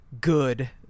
good